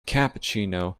cappuccino